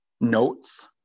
notes